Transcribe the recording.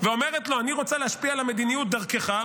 ואומרת לו: אני רוצה להשפיע על המדיניות דרכך,